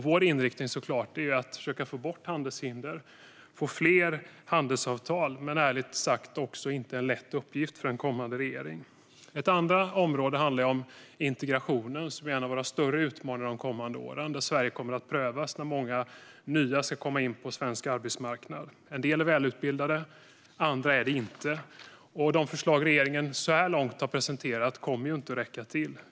Vår inriktning är såklart att man ska försöka få bort handelshinder och försöka få fler handelsavtal. Men detta är, ärligt sagt, inte en lätt uppgift för en kommande regering. Ett andra område handlar om integrationen, som är en av våra större utmaningar de kommande åren. Sverige kommer att prövas när många nya ska komma in på svensk arbetsmarknad. En del är välutbildade. Andra är det inte. De förslag regeringen så här långt har presenterat kommer inte att räcka till.